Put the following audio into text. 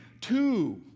two